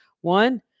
one